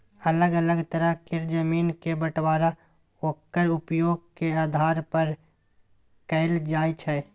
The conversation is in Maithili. अलग अलग तरह केर जमीन के बंटबांरा ओक्कर उपयोग के आधार पर कएल जाइ छै